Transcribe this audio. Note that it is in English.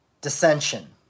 dissension